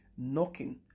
knocking